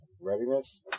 Readiness